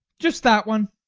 just that one!